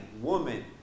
woman